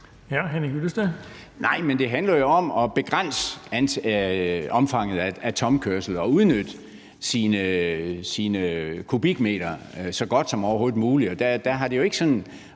Nej, men det handler jo om at begrænse omfanget af tomkørsel og udnytte ens kubikmeter så godt som overhovedet muligt.